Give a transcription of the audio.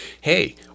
hey –